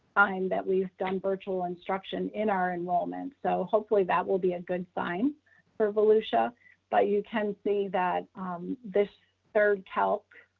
time that we've done virtual instruction in our enrollment. so hopefully that will be a good sign for volusia by you can see that this third calc,